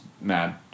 mad